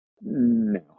no